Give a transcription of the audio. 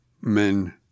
men –